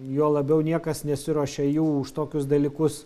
juo labiau niekas nesiruošia jų už tokius dalykus